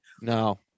No